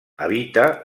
habita